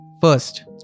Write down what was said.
First